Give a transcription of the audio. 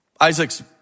Isaac's